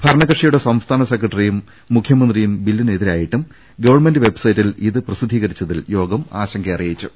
ഭരണകക്ഷിയുടെ സംസ്ഥാന സെക്രട്ടറിയും മുഖൃമന്ത്രിയും ബില്ലിനെതിരെയായിട്ടും ഗവൺമെന്റ് വെബ്സൈറ്റിൽ ഇത് പ്രസിദ്ധീകരിച്ചതിൽ യോഗം ആശങ്കയറിയിച്ചു